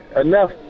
enough